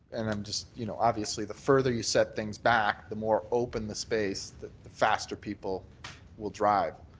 and i'm just you know, obviously the further you set things back the more open the space, the the faster people will drive.